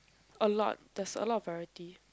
a lot there's a lot of variety